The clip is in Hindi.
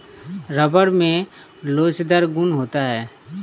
रबर में लोचदार गुण होता है